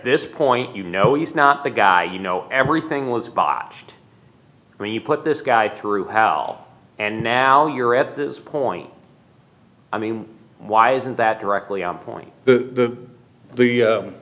this point you know he's not the guy you know everything was botched when you put this guy through how and now you're at this point i mean why isn't that directly on point